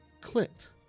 clicked